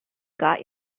got